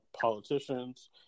politicians